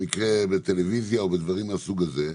במקרה בטלוויזיה או בדברים מהסוג הזה,